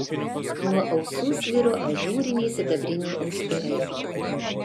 nuo ausų sviro ažūriniai sidabriniai auskarai